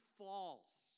false